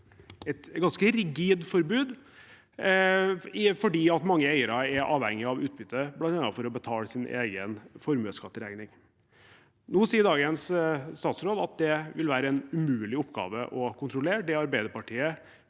et ganske rigid forbud, fordi mange eiere er avhengig av utbytte bl.a. for å betale sin egen formuesskatteregning. Nå sier dagens statsråd at det vil være en umulig oppgave å kontrollere det Arbeiderpartiet